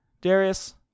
Darius